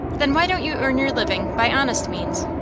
then why don't you earn your living by honest means?